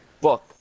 book